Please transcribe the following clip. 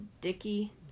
dicky